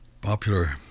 popular